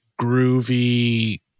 groovy